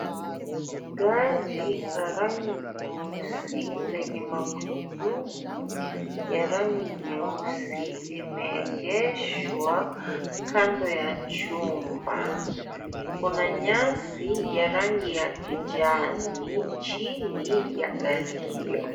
Gari la rangi nyeusi, lenye magurudumu ya rangi nyeusi limeegeshwa kando ya chumba. Kuna nyasi ya rangi ya kijani chini ya gari hio.